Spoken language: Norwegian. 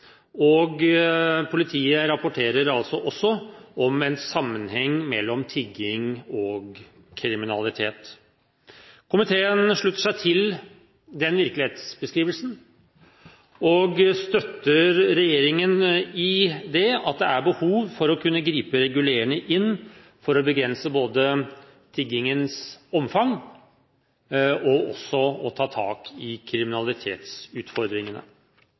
og politiet rapporterer også om en sammenheng mellom tigging og kriminalitet. Komiteen slutter seg til den virkelighetsbeskrivelsen og støtter regjeringen i at det er behov for å kunne gripe regulerende inn for å begrense tiggingens omfang og også ta tak i kriminalitetsutfordringene.